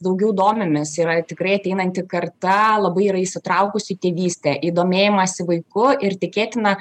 daugiau domimės yra tikrai ateinanti karta labai yra įsitraukusių į tėvystę į domėjimąsi vaiku ir tikėtina